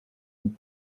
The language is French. une